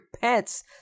pets